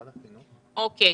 אוקיי.